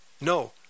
No